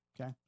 okay